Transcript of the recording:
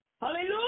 Hallelujah